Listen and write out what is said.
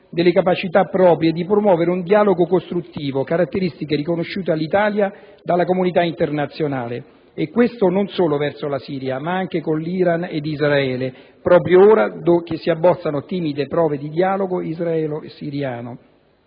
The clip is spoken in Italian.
delle capacità proprie di promuovere un dialogo costruttivo, caratteristiche riconosciute all'Italia dalla comunità internazionale. Questo non solo verso la Siria, ma anche con l'Iran ed Israele proprio ora che si abbozzano timide prove di dialogo israelo-siriano